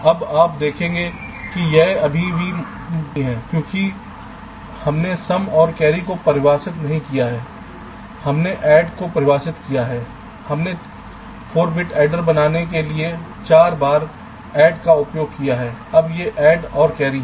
अब आप देखेंगे कि यह अभी भी पूर्ण विवरण नहीं है क्योंकि हमने सम और कैरी को परिभाषित नहीं किया है हमने ऐड को परिभाषित किया है हमने 4 बिट एडर बनाने के लिए 4 बार ऐड का उपयोग किया है अब ये ऐड और कैरी हैं